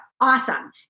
awesome